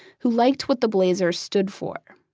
who liked what the blazers stood for.